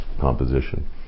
composition